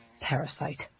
Parasite